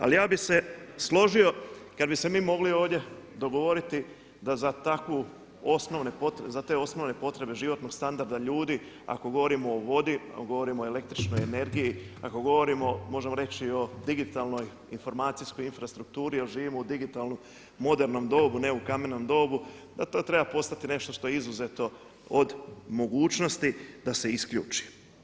Ali ja bih se složio kada bi se mogli ovdje dogovoriti da za te osnovne potrebe životnog standarda ljudi, ako govorimo o vodi, govorimo i o električnoj energiji, ako govorimo možemo reći o digitalnoj informacijskoj infrastrukturi jel živimo u digitalnom modernom dobu, a ne u kamenom dobu da to treba postati nešto što je izuzeto od mogućnosti da se isključi.